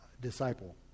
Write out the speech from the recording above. disciple